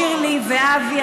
שירלי ואבי,